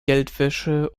geldwäsche